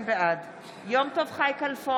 בעד יום טוב חי כלפון,